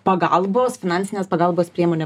pagalbos finansinės pagalbos priemonė